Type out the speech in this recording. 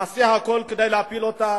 נעשה הכול כדי להפיל אותה